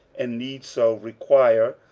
and need so require,